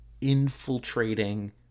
infiltrating